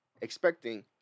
expecting